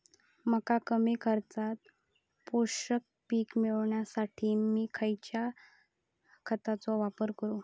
मका कमी खर्चात पोषक पीक मिळण्यासाठी मी खैयच्या खतांचो वापर करू?